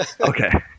Okay